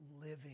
living